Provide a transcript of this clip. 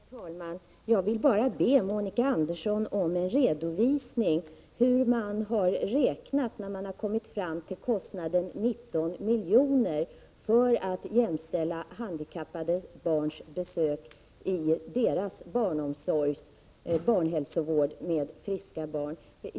Herr talman! Jag vill bara be Monica Andersson om en redovisning av hur man har räknat, när man kommit fram till kostnaden 19 miljoner för att jämställa handikappade barns besök i deras barnhälsovård med friska barn.